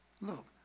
Look